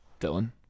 Dylan